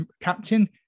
captain